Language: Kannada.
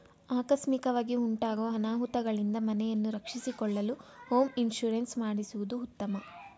ಆಕಸ್ಮಿಕವಾಗಿ ಉಂಟಾಗೂ ಅನಾಹುತಗಳಿಂದ ಮನೆಯನ್ನು ರಕ್ಷಿಸಿಕೊಳ್ಳಲು ಹೋಮ್ ಇನ್ಸೂರೆನ್ಸ್ ಮಾಡಿಸುವುದು ಉತ್ತಮ